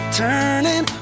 turning